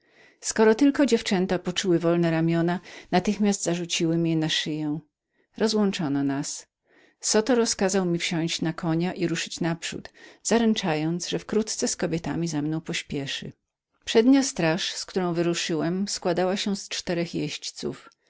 skoro tylko dziewczęta poczuły wolne ramiona natychmiast zarzuciły mi je na szyję rozłączono nas zoto rozkazał mi usiąść na konia i ruszyć naprzód zaręczając że wkrótce z kobietami za mną pośpieszy przednia straż z którą wyruszyłem składała się z czterech jeźdźców